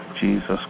Jesus